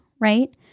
right